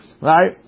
right